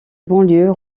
banlieue